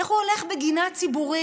איך הוא הולך בגינה ציבורית